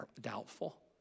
doubtful